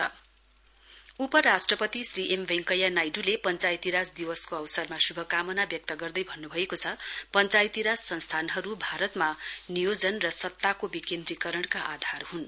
भीपी Panchayati Raj day उपराष्ट्रपति Shri M Venkaiah नाइडूले पश्चायती राज दिवसको अवसरमा शुभकामना व्यक्त गर्दै भन्नभएको छ पश्चायती राज संस्थानहरू भारतमा नियोजन र सत्ताको विकेन्द्रीकरणको आधार हुन्